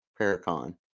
paracon